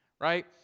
right